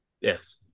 Yes